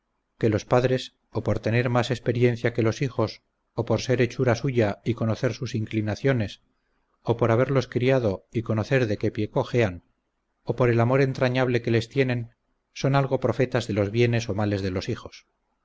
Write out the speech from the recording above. que los padres o por tener más experiencia que los hijos o por ser hechura suya y conocer sus inclinaciones o por haberlos criado y conocer de qué pie cojean o por el amor entrañable que les tienen son algo profetas de los bienes o males de los hijos